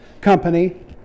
company